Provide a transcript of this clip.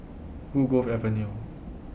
Woodgrove Avenue